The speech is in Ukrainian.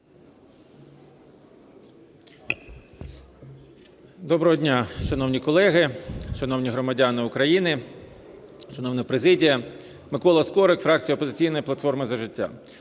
Доброго дня, шановні колеги, шановні громадяни України, шановна президія! Микола Скорик, фракція "Опозиційна